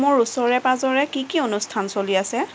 মোৰ ওচৰে পাঁজৰে কি কি অনুষ্ঠান চলি আছে